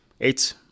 eight